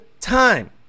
time